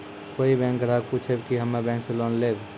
कोई बैंक ग्राहक पुछेब की हम्मे बैंक से लोन लेबऽ?